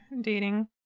dating